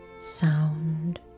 sound